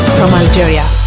from algeria,